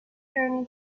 journey